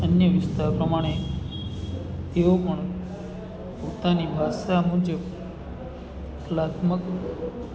એમની વિસ્તાર પ્રમાણે એઓ પણ પોતાની ભાષા મુજબ કલાત્મક